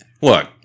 look